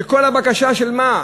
וכל הבקשה על מה?